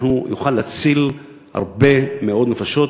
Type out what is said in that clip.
אנחנו נוכל להציל הרבה מאוד נפשות,